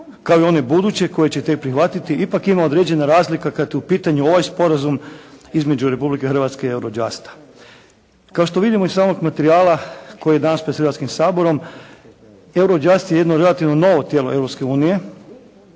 kao i one buduće koje će tek prihvatiti ipak ima određena razlika kada je u pitanju ovaj sporazum između Republike Hrvatske i Eurojusta. Kao što vidimo iz samog materijala koji je danas pred Hrvatskim saborom, Eurojust je jedno relativno novo tijelo